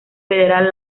federal